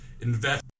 invest